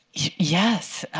yes.